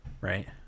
right